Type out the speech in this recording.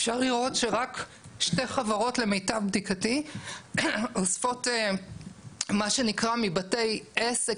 אפשר לראות שרק שתי חברות למיטב בדיקתי אוספות מה שנקרא מבתי עסק.